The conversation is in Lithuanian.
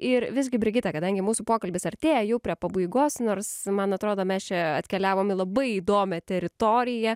ir visgi brigita kadangi mūsų pokalbis artėja jau prie pabaigos nors man atrodo mes čia atkeliavom į labai įdomią teritoriją